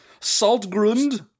Saltgrund